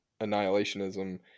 annihilationism